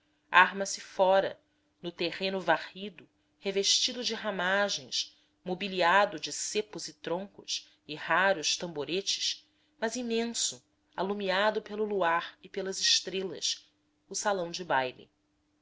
arma-se fora no terreiro varrido revestido de ramagens mobiliado de cepos e troncos e raros tamboretes mais imenso alumiado pelo luar e pelas estrelas o salão do baile